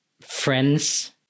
friends